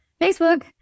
Facebook